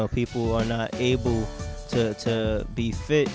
know people are not able to be fit